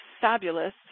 fabulous